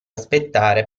aspettare